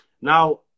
Now